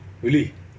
really